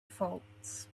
faults